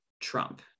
Trump